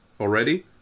already